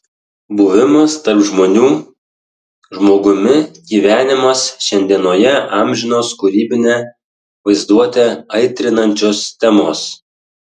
buvimas tarp žmonių žmogumi gyvenimas šiandienoje amžinos kūrybinę vaizduotę aitrinančios temos